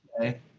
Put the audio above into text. okay